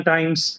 Times